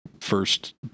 first